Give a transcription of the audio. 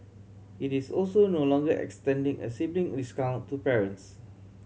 it is also no longer extending a sibling discount to parents